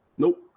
Nope